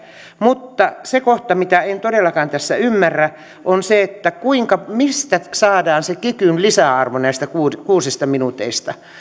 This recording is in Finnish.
mutta se kohta mitä en todellakaan tässä ymmärrä on se mistä saadaan se kikyn lisäarvo näistä kuusista minuuteista